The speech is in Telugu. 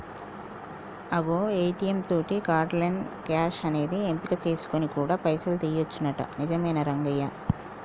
అగో ఏ.టీ.యం తోటి కార్డు లెస్ క్యాష్ అనేది ఎంపిక చేసుకొని కూడా పైసలు తీయొచ్చునంట నిజమేనా రంగయ్య